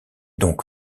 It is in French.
donc